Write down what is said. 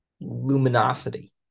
luminosity